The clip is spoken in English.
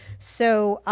so,